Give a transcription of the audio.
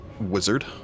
wizard